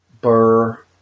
Burr